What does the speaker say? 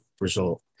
result